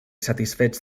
satisfets